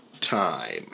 time